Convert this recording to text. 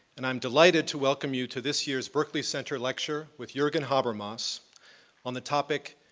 and i'm delighted to welcome you to this year's berkeley center lecture with jurgen habermas on the topic,